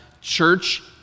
church